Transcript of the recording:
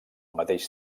mateix